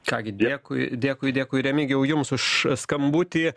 ką gi dėkui dėkui dėkui remigijau jums už skambutį